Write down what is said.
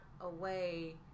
away